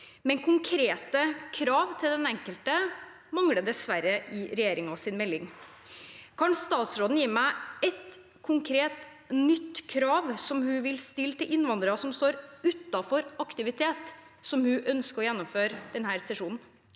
Men konkrete krav til den enkelte mangler dessverre i regjeringens melding. Kan statsråden gi meg ett konkret, nytt krav som hun vil stille til innvandrere som står utenfor aktivitet, og som hun ønsker å gjennomføre denne sesjonen?